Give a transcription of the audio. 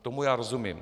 Tomu já rozumím.